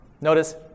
Notice